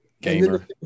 Gamer